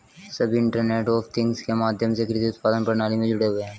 सभी internet of things के माध्यम से कृषि उत्पादन प्रणाली में जुड़े हुए हैं